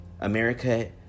America